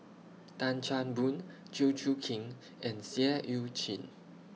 Tan Chan Boon Chew Choo Keng and Seah EU Chin